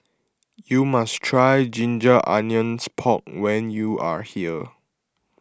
you must try Ginger Onions Pork when you are here